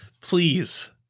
please